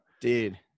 Dude